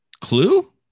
Clue